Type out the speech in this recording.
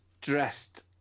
dressed